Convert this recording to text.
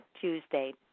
Tuesday